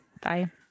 Bye